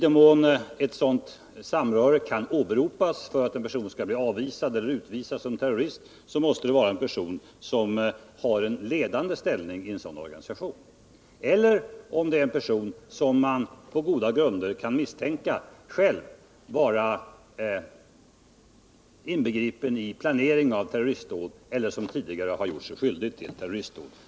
Om ett sådant samröre skall kunna åberopas för att en person skall bli avvisad eller utvisad som terrorist, måste det vara fråga om någon som har en ledande ställning i sådan organisation — eller en person som man på goda grunder kan misstänka själv är inbegripen i planeringen av terroristdåd eller som tidigare har gjort sig skyldig till terroristdåd.